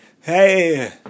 Hey